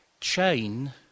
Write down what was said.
Chain